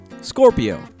Scorpio